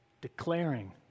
declaring